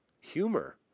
humor